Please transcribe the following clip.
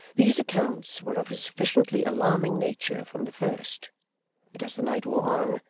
these accounts were of a sufficiently alarming nature from the first but as the night wore on,